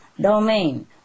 domain